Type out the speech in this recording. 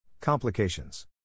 Complications